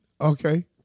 Okay